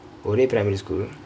ஒறே:ore primary school